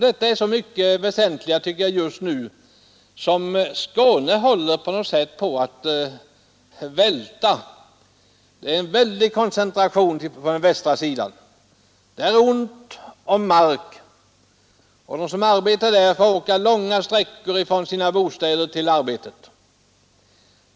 Detta är synnerligen väsentligt just nu, därför att Skåne på något sätt håller på att välta. Det är en väldig koncentration till den västra sidan. Där är det ont om mark, och de som arbetar där får åka långa sträckor från sina bostäder till arbetet.